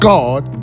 God